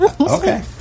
okay